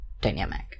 dynamic